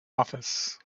office